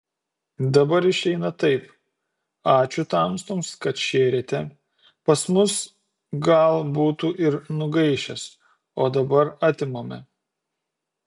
dabar išeina taip ačiū tamstoms kad šėrėte pas mus gal būtų ir nugaišęs o dabar atimame